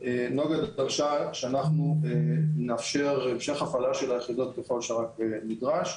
נגה דרשה שאנחנו נאפשר המשך הפעלה של היחידות ככל שרק נדרש,